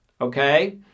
okay